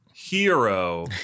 Hero